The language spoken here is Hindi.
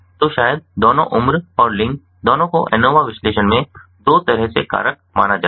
तो शायद दोनों उम्र और लिंग दोनों को एनोवा विश्लेषण में दो तरह से कारक माना जाएगा